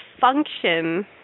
function